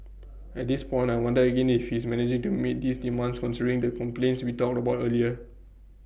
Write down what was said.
at this point I wonder again if he's managing to meet these demands considering the complaints we talked about earlier